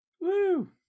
Woo